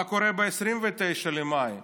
מה קורה ב-29 במאי?